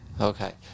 Okay